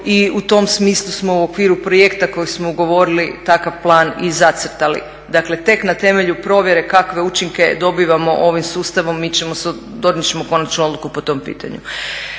I u tom smislu smo u okviru projekta kojeg smo ugovorili takav plan i zacrtali. Dakle, tek na temelju provjere kakve učinke dobivamo ovim sustavom mi ćemo se odlučiti, donijet ćemo konačnu odluku po tom pitanju.